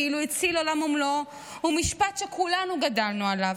כאילו הציל עולם ומלואו" הוא משפט שכולנו גדלנו עליו.